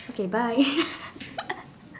okay bye